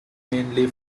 mainly